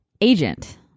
agent